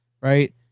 right